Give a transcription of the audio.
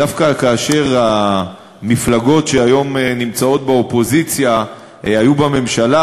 דווקא כאשר המפלגות שהיום נמצאות באופוזיציה היו בממשלה,